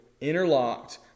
interlocked